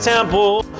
temple